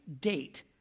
date